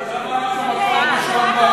למה אנחנו מקום, בעולם?